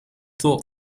thought